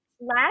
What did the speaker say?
last